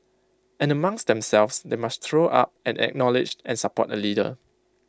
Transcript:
and amongst themselves they must throw up and acknowledge and support A leader